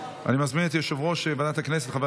אני מזמין את יושב-ראש ועדת הכנסת חבר